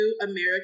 American